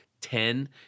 ten